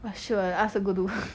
well should have ask her go do